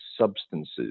substances